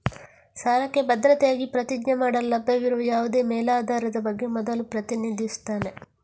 ಸಾಲಕ್ಕೆ ಭದ್ರತೆಯಾಗಿ ಪ್ರತಿಜ್ಞೆ ಮಾಡಲು ಲಭ್ಯವಿರುವ ಯಾವುದೇ ಮೇಲಾಧಾರದ ಬಗ್ಗೆ ಮೊದಲು ಪ್ರತಿನಿಧಿಸುತ್ತಾನೆ